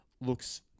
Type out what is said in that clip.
looks